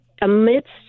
amidst